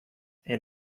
and